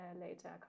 later